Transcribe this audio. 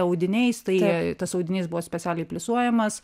audiniais tai tas audinys buvo specialiai pliusuojamas